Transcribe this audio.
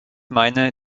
meine